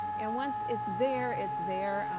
and once it's there, it's there.